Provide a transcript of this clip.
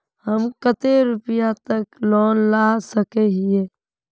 हम कते रुपया तक लोन ला सके हिये?